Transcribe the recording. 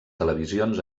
televisions